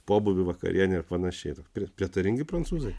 pobūvių vakarienę ir panašiai prietaringi prancūzai